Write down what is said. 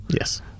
Yes